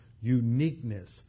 uniqueness